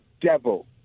devil